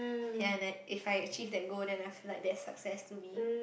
ya and then if I achieve that goal then I feel like that is success to me